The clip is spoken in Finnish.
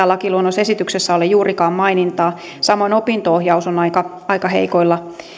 lakiluonnosesityksessä ole juurikaan mainintaa samoin opinto ohjaus on aika aika heikoilla